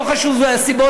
לא חשוב הסיבות,